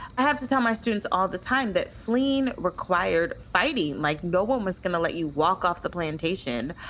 i have to tell my students all the time that fleeing required fighting like no one was going to let you walk off the plantation.